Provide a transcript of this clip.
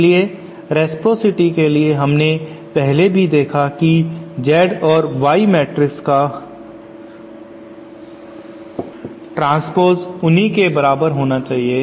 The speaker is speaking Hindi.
इसलिए रेसप्रॉसिटी के लिए हमने पहले भी देखा कि Z और Y मैट्रिक्स का ट्रांस्प्लासेमेन्ट उन्हीं के बराबर होना चाहिए